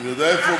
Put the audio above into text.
אני יודע איפה?